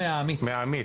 מהעמית.